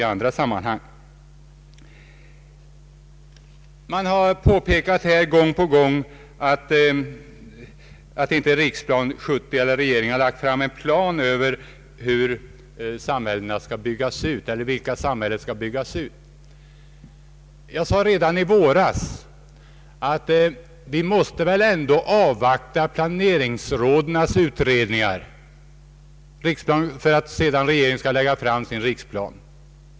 Man har gång på gång påpekat att Riksplan 70 inte är klar och att inte regeringen har lagt fram en plan över vilka samhällen som skall byggas ut. Jag sade redan i våras att vi väl ändå måste avvakta planeringsrådens utredningar innan regeringen lägger fram sin riksplan.